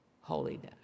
holiness